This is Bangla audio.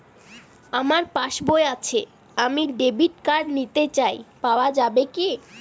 আমার পাসবই আছে আমি ডেবিট কার্ড নিতে চাই পাওয়া যাবে কি?